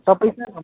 सबैजना